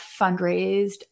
fundraised